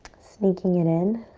sneaking it in